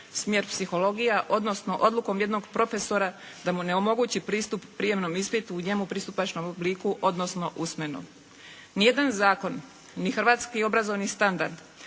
smjer psihologija odnosno odlukom jednog profesora da mu ne omogući pristup prijemnom ispitu u njemu pristupačnom obliku odnosno usmeno. Ni jedan zakon ni hrvatski obrazovni standard,